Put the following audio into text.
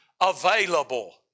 available